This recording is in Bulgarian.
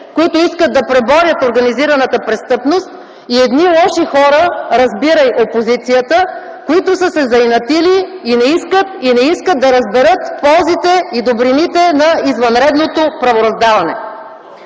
които искат да преборят организираната престъпност, и едни лоши хора (разбирай опозицията), които са се заинатили и не искат да разберат ползите и добрините на извънредното правораздаване